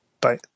Bye